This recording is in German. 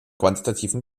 quantitativen